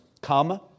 come